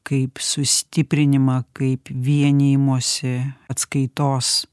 kaip sustiprinimą kaip vienijimosi atskaitos